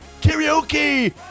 karaoke